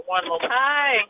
Hi